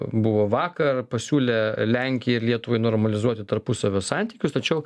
buvo vakar pasiūlė lenkijai ir lietuvai normalizuoti tarpusavio santykius tačiau